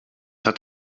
hat